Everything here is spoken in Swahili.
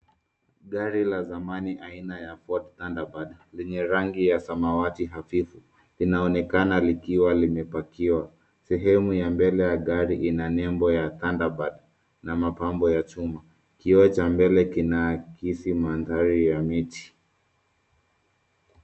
Gari la zamani aina ya Ford Thunderbird lenye rangi ya samawati hafifu. Linaonekana likiwa limepakiwa. Sehemu ya mbele ya gari ina nembo ya Thunderbird na mapambo ya chuma. Kioo cha mbele kinaakisi mandhari ya miti.